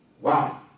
Wow